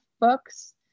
books